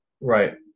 Right